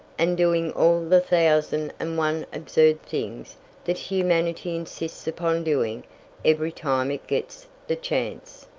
and doing all the thousand and one absurd things that humanity insists upon doing every time it gets the chance.